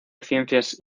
ciencias